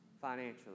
Financially